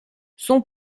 son